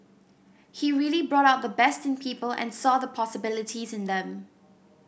he really brought out the best in people and saw the possibilities in them